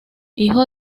hijo